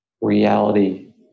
reality